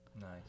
Nice